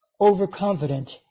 overconfident